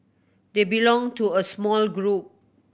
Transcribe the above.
they belong to a small group